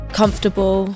comfortable